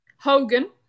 Hogan